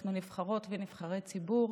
אנחנו נבחרות ונבחרי ציבור,